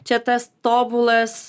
čia tas tobulas